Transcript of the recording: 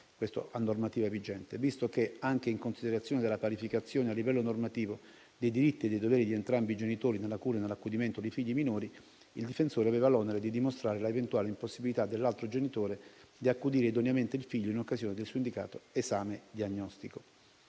(questo a normativa vigente), visto che, anche in considerazione della parificazione a livello normativo dei diritti e dei doveri di entrambi i genitori nella cura e nell'accudimento dei figli minori, il difensore aveva l'onere di dimostrare l'eventuale impossibilità dell'altro genitore di accudire idoneamente il figlio in occasione del su indicato esame diagnostico.